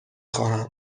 خواهم